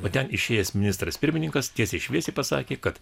o ten išėjęs ministras pirmininkas tiesiai šviesiai pasakė kad